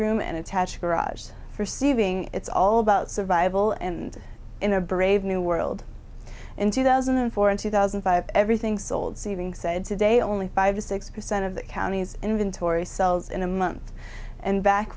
room an attached garage perceiving it's all about survival and in a brave new world in two thousand and four in two thousand and five everything sold seeding said today only five or six percent of the county's inventory sells in a month and back